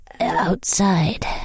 outside